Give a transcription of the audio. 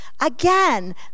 Again